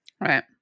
Right